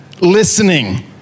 listening